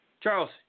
Charles